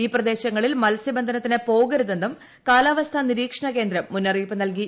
ഈ പ്രദേശങ്ങളിൽ മത്സ്യബന്ധനത്തിന് പോകരുതെന്നും കാലാവസ്ഥ നിരീക്ഷണകേന്ദ്രം മുന്നറിയിപ്പ് നൽകി